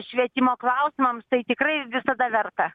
švietimo klausimams tai tikrai visada verta